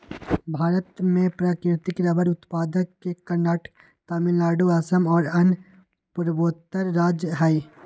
भारत में प्राकृतिक रबर उत्पादक के कर्नाटक, तमिलनाडु, असम और अन्य पूर्वोत्तर राज्य हई